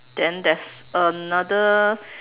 then there's another